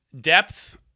depth